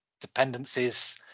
dependencies